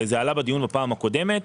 זה עלה בדיון בפעם הקודמת,